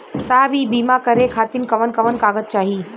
साहब इ बीमा करें खातिर कवन कवन कागज चाही?